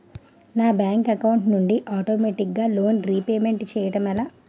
నా bank account నుండి ఆటోమేటిగ్గా లోన్ రీపేమెంట్ చేయడం ఎలా?